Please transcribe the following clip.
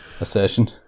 assertion